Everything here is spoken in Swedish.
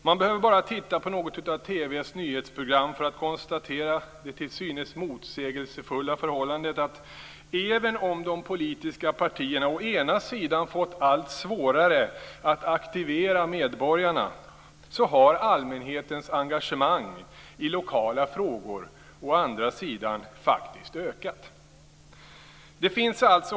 Man behöver bara titta på något av TV:s nyhetsprogram för att konstatera det till synes motsägelsefulla förhållandet att även om de politiska partierna å ena sidan fått allt svårare att aktivera medborgarna, har allmänhetens engagemang i lokala frågor å andra sidan faktiskt ökat.